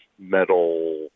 metal